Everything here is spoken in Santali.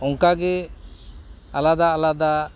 ᱚᱝᱠᱟᱜᱮ ᱟᱞᱟᱫᱟ ᱟᱞᱟᱫᱟ